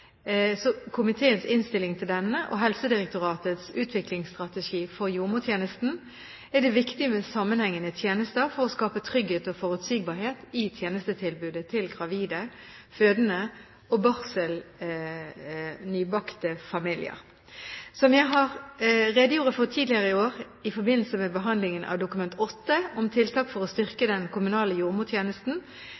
komiteens innstilling til denne og Helsedirektoratets Utviklingsstrategi for jordmortjenesten, er det viktig med sammenhengende tjenester for å skape trygghet og forutsigbarhet i tjenestetilbudet til gravide, fødende og barsel-/nybakte familier. Som jeg redegjorde for tidligere i år i forbindelse med behandlingen av Dokument nr. 8:12 for 2010–2011 om tiltak for å styrke